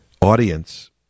audience